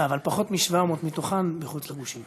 אבל פחות מ-700 מתוכן מחוץ לגושים.